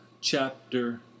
chapter